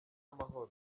amahoro